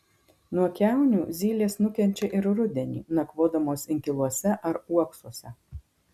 nuo kiaunių zylės nukenčia ir rudenį nakvodamos inkiluose ar uoksuose